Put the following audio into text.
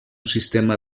sistema